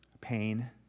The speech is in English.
pain